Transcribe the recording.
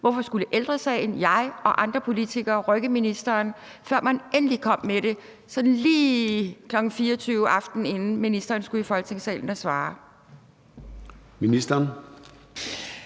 hvorfor Ældre Sagen, jeg og andre politikere skulle rykke ministeren, før man endelig kom med det sådan lige kl. 24, aftenen inden ministeren skulle i Folketingssalen og svare.